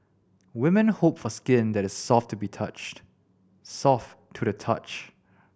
women hope for skin that is soft to be touched soft to the touch